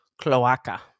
Cloaca